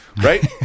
right